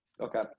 Okay